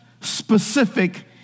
specific